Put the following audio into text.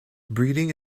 breeding